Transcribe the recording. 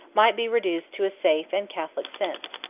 might be reduced to a safe and catholic sense.